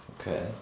Okay